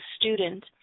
student